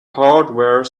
hardware